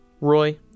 Roy